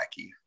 wacky